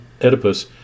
Oedipus